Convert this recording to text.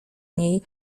niej